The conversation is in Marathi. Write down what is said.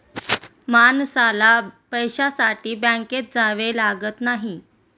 माणसाला पैशासाठी बँकेत जावे लागत नाही